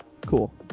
Cool